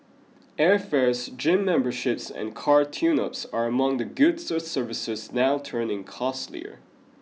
airfares gym memberships and car tuneups are among the goods or services now turning costlier